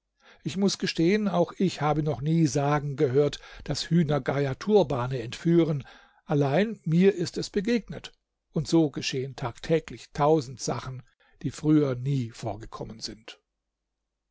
ich muß gestehen auch ich habe noch nie sagen gehört daß hühnergeier turbane entführen allein mir ist es begegnet und so geschehen tagtäglich tausend sachen die früher nie vorgekommen sind